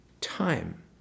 time